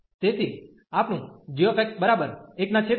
તેથી આપણું gx11 x1 n